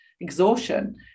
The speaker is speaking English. exhaustion